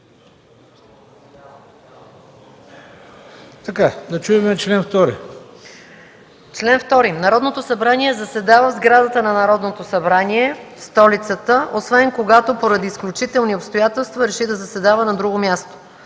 МАЯ МАНОЛОВА: „Чл. 2. Народното събрание заседава в сградата на Народното събрание в столицата, освен когато поради изключителни обстоятелства реши да заседава на друго място.”